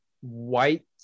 white